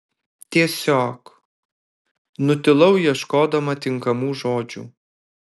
tiesiog nutilau ieškodama tinkamų žodžių